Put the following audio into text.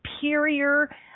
superior